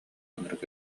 ынырык